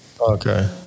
Okay